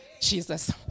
Jesus